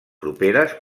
properes